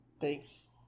Thanks